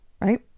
right